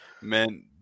Man